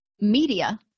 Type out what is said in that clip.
media